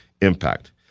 impact